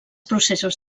processos